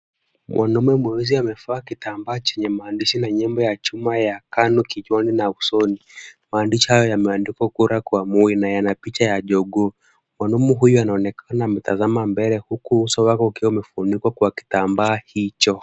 Mwanaume mweusi amevaa kitambaa chenye maandishi na nembo ya chama ya KANU kichwani na usoni. Maandishi haya yameandikwa Kura kwa Moi na yana picha ya jogoo. Mwanaume huyu anaonekana ametazama mbele huko uso wake ukiwa umefunikwa kwa kitambaa hicho.